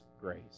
grace